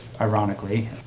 ironically